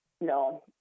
No